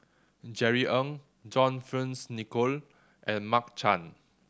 Jerry Ng John Fearns Nicoll and Mark Chan